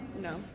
No